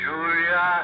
Julia